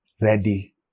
ready